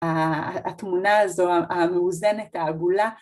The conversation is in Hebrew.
התמונה הזו המאוזנת, העגולה.